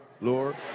Lord